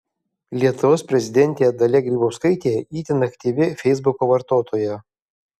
lietuvos prezidentė dalia grybauskaitė itin aktyvi feisbuko vartotoja